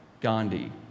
Gandhi